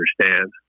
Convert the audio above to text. understand